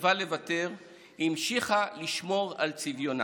סירבה לוותר והמשיכה לשמור על צביונה.